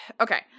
okay